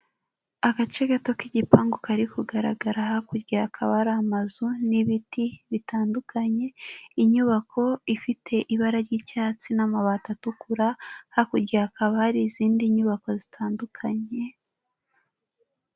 Agace gato k'igipangu kari kugaragara, hakurya hakaba hari amazu n'ibiti bitandukanye, inyubako ifite ibara ry'icyatsi n'amabati atukura, hakurya hakaba hari izindi nyubako zitandukanye.